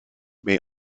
may